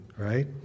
right